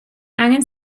angen